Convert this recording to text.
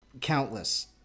countless